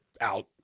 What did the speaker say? out